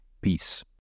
Peace